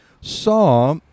saw